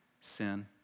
sin